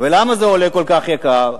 ולמה זה כל כך יקר?